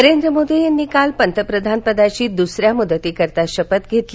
नरेंद्र मोदी यांनी काल पंतप्रधानपदाची दुसऱ्या मुदतीकरता शपथ घेतली